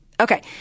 Okay